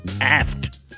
Aft